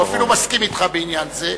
הוא אפילו מסכים אתך בעניין הזה.